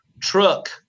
truck